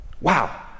Wow